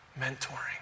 mentoring